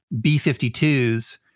B-52s